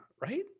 right